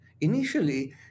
Initially